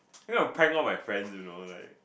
you know prank of my friend you know right